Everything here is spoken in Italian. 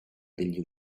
degli